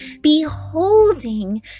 beholding